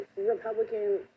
Republican